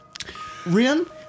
Rian